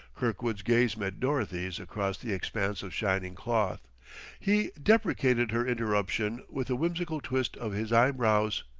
kirkwood's gaze met dorothy's across the expanse of shining cloth he deprecated her interruption with a whimsical twist of his eyebrows.